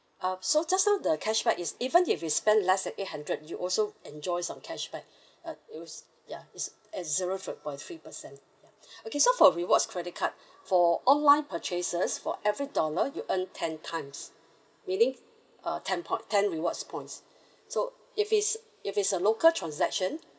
uh so just now the cashback is even if you spend less than eight hundred you also enjoy some cashback uh it was ya it's at zero point three per cent okay so for rewards credit card for online purchases for every dollar you earn ten times meaning uh ten point ten rewards points so if it's if it's a local transaction